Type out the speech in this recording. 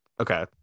Okay